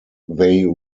they